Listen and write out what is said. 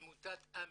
אני מעמותת עמ"י,